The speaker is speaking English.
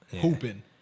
hooping